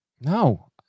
No